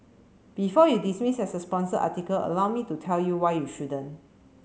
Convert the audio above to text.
before you dismiss this as a sponsored article allow me to tell you why you shouldn't